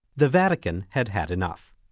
the vatican had had enough.